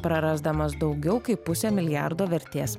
prarasdamas daugiau kaip pusę milijardo vertės